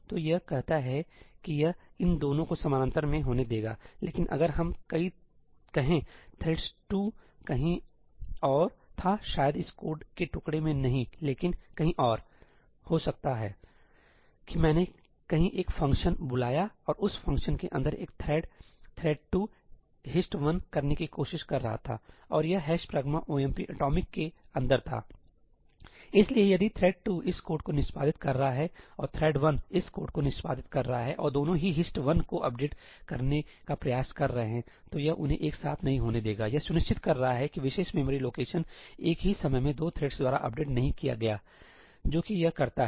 तो यह कहता है कि यह इन दोनों को समानांतर में होने देगा लेकिन अगर हम कहें थ्रेड 2 कहीं और था शायद इस कोड के टुकड़े में नहीं लेकिन कहीं औरहो सकता है कि मैंने कहीं एक फंक्शन बुलाया और उस फंक्शन के अंदर एक थ्रेड थ्रेड 2 HIST 1 करने की कोशिश कर रहा थासही और यह ' pragma omp atomic' के अंदर थाइसलिए यदि थ्रेड 2 इस कोड को निष्पादित कर रहा है और थ्रेड 1 इस कोड को निष्पादित कर रहा है और दोनों ही HIST 1 को अपडेट करने का प्रयास कर रहे हैं तो यह उन्हें एक साथ नहीं होने देगायह सुनिश्चित कर रहा है कि विशेष मेमोरी लोकेशन एक ही समय में 2 थ्रेड्स द्वारा अपडेट नहीं किया गया है जो कि यह करता है